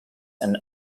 and